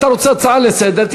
אתה רוצה הצעה לסדר-יום,